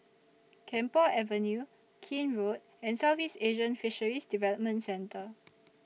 Camphor Avenue Keene Road and Southeast Asian Fisheries Development Centre